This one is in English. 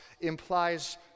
implies